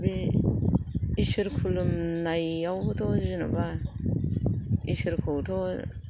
बे इसोर खुलुमनायावथ' जेनेबा इसोरखौथ'